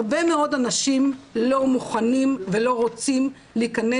הרבה מאוד אנשים לא מוכנים ולא רוצים להכנס